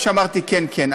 איפה שאמרתי כן, כן.